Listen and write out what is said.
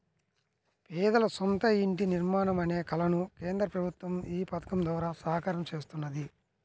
పేదల సొంత ఇంటి నిర్మాణం అనే కలను కేంద్ర ప్రభుత్వం ఈ పథకం ద్వారా సాకారం చేస్తున్నది